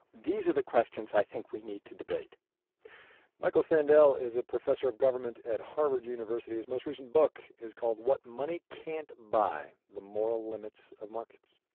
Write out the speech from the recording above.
these are the questions i think we need to debate michael sandel is a professor of government at harvard university. his most recent book is called what money can't buy the moral limits of markets.